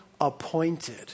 appointed